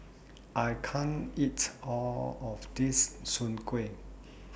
I can't eat All of This Soon Kueh